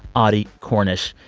audie cornish.